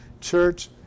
Church